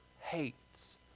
hates